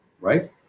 right